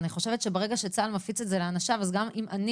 אני חושבת שברגע שצה"ל מפיץ את זה לאנשיו אז גם אם אני